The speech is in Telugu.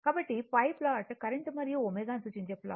కాబట్టి పై ప్లాట్ కరెంట్ మరియు ω ని సూచించే ప్లాట్